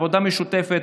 בעבודה משותפת,